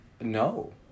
No